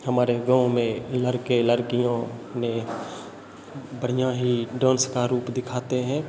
हमारे गाँव में लड़के लड़कियों ने बढ़िया ही डांस का रूप दिखाते हैं